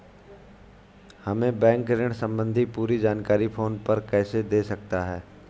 हमें बैंक ऋण संबंधी पूरी जानकारी फोन पर कैसे दे सकता है?